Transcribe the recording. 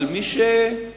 אבל מי שמנקה